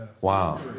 Wow